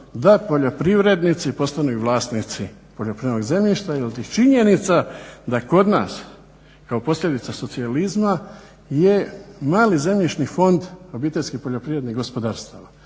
da poljoprivrednici postanu i vlasnici poljoprivrednih zemljišta iliti činjenica da kod nas kao posljedica socijalizma je mali zemljišni fond OPG-a, bitno je da